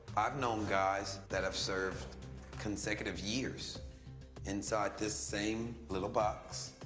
i've known guys that have served consecutive years inside this same little box.